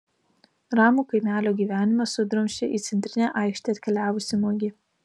ramų kaimelio gyvenimą sudrumsčia į centrinę aikštę atkeliavusi mugė